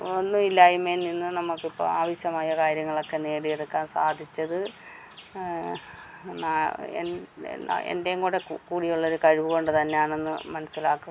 ഒന്നുമില്ലായ്മയിൽ നിന്ന് നമുക്കിപ്പോൾ ആവശ്യമായ കാര്യങ്ങളൊക്കെ നേടിയെടുക്കാൻ സാധിച്ചത് നാ എൻ എൻറെയും കൂടെ കൂടിയുള്ളൊരു കഴിവ് കൊണ്ട് തന്നെ ആണേന്ന് മനസ്സിലാക്കും